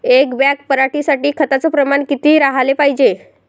एक बॅग पराटी साठी खताचं प्रमान किती राहाले पायजे?